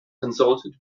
consulted